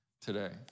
today